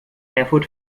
erfurt